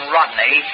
Rodney